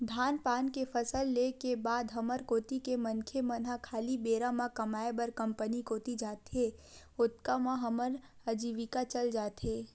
धान पान के फसल ले के बाद हमर कोती के मनखे मन ह खाली बेरा म कमाय बर कंपनी कोती जाथे, ओतका म हमर अजीविका चल जाथे